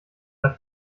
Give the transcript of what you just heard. der